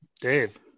Dave